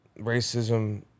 racism